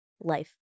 life